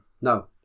no